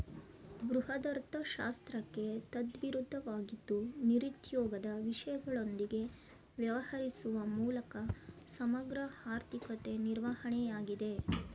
ಬೃಹದರ್ಥಶಾಸ್ತ್ರಕ್ಕೆ ತದ್ವಿರುದ್ಧವಾಗಿದ್ದು ನಿರುದ್ಯೋಗದ ವಿಷಯಗಳೊಂದಿಗೆ ವ್ಯವಹರಿಸುವ ಮೂಲಕ ಸಮಗ್ರ ಆರ್ಥಿಕತೆ ನಿರ್ವಹಣೆಯಾಗಿದೆ